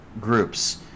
groups